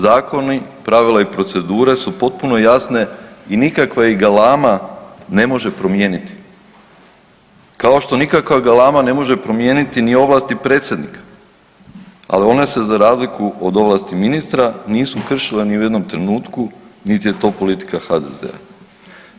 Zakoni, pravila i procedure su potpuno jasne i nikakva ih galama ne može promijeniti, kao što nikakva galama ne može promijeniti ni ovlasti predsjednika, al one se za razliku od ovlasti ministra nisu kršile ni u jednom trenutku, niti je to politika HDZ-a.